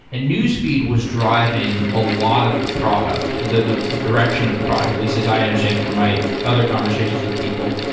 and newsfeed was driving a lot of the product, the the direction of the product, at least as i understand from my other conversations with people.